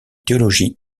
théologie